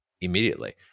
immediately